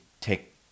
take